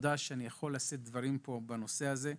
תודה שאני יכול לשאת פה דברים בנושא הזה.